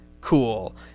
cool